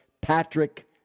Patrick